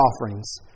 offerings